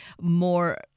more